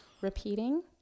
repeating